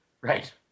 Right